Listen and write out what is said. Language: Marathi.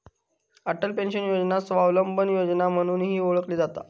अटल पेन्शन योजना स्वावलंबन योजना म्हणूनही ओळखली जाता